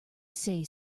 say